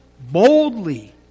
boldly